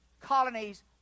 colonies